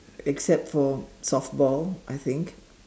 except for softball I think